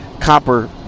copper